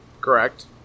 Correct